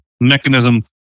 mechanism